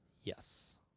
Yes